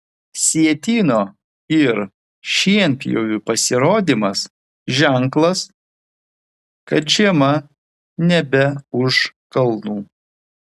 sietyno ir šienpjovių pasirodymas ženklas kad žiema nebe už kalnų